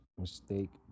mistake